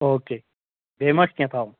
okay بیٚیہِ ما چھِ کیٚنٛہہ تھاوُن